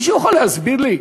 מישהו יכול להסביר לי?